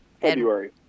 February